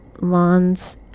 lawns